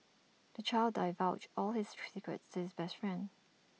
the child divulged all his to his best friend